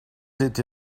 été